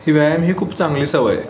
ही व्यायाम ही खूप चांगली सवय आहे